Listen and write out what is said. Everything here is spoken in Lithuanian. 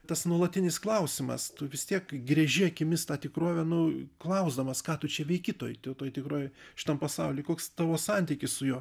tas nuolatinis klausimas tu vis tiek gręži akimis tą tikrovę nu klausdamas ką tu čia veiki toj toj tikrovėj šitam pasauly koks tavo santykis su juo